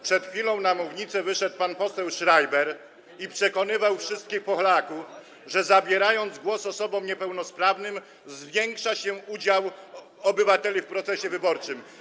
Przed chwilą na mównicę wyszedł pan poseł Schreiber i przekonywał wszystkich Polaków, że zabierając głos osobom niepełnosprawnym, zwiększa się udział obywateli w procesie wyborczym.